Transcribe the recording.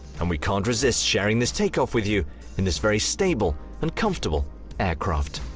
and we can't resist sharing this take off with you in this very stable and comfortable aircraft.